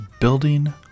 Building